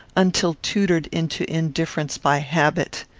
until tutored into indifference by habit.